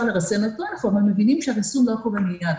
לרסן אותו אבל אנחנו מבינים שהריסון לא קורה מיד.